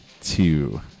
two